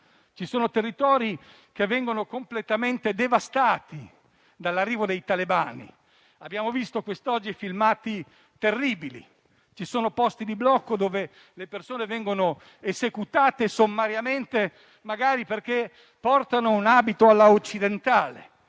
Ci sono territori che vengono completamente devastati dall'arrivo dei talebani e abbiamo visto quest'oggi filmati terribili. Ci sono posti di blocco in cui le persone vengono esecutate sommariamente, magari perché indossano un abito all'occidentale.